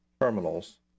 terminals